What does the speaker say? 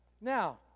Now